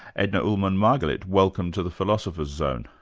edna ullmann-margalit, welcome to the philosopher's zone.